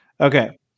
Okay